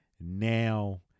Now